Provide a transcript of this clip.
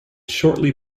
shortly